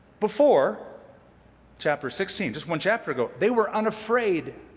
before chapter sixteen, just one chapter ago, they were unafraid